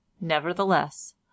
Nevertheless